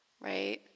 right